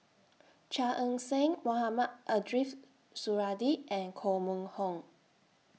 Chia Ann Siang Mohamed Ariff Suradi and Koh Mun Hong